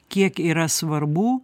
kiek yra svarbu